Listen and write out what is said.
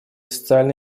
социально